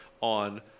on